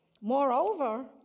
Moreover